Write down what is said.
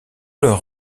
leur